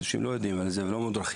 אנשים לא יודעים על זה ולא מודרכים.